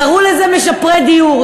קראו לזה משפרי דיור.